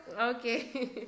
Okay